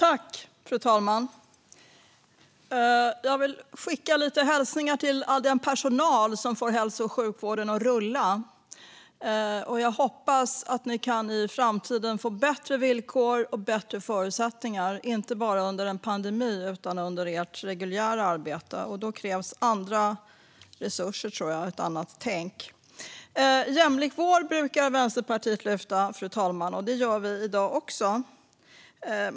Fru talman! Jag vill skicka lite hälsningar till all den personal som får hälso och sjukvården att rulla. Jag hoppas att ni i framtiden kan få bättre villkor och bättre förutsättningar, inte bara under en pandemi utan under ert reguljära arbete. Då krävs andra resurser och ett annat tänk, tror jag. Vänsterpartiet brukar lyfta en jämlik vård, fru talman, och det gör vi i dag också.